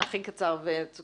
הכי קצר וקולע.